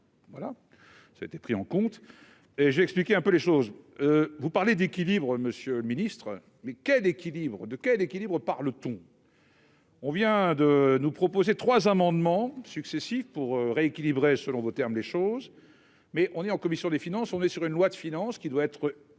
Voilà, ça a été pris en compte et j'ai expliqué un peu les choses, vous parlez d'équilibre Monsieur le Ministre, mais quels équilibres de quel équilibre parle-t-on. On vient de nous proposer 3 amendements successifs pour rééquilibrer selon vos termes les choses mais on est en commission des finances, on est sur une loi de finances, qui doit être précise,